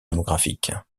démographique